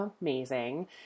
amazing